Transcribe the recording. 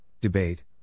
debate